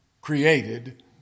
created